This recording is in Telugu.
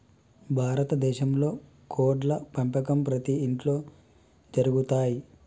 భారత దేశంలో కోడ్ల పెంపకం ప్రతి ఇంట్లో జరుగుతయ్